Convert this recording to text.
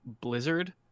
Blizzard